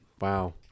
Wow